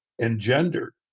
engendered